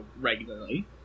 regularly